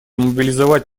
мобилизовать